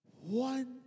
One